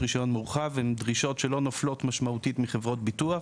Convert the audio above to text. רישיון מרחב הן דרישות שלא נופלות משמעותית מחברות ביטוח,